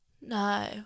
No